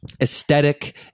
aesthetic